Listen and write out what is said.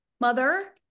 Mother